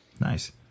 Nice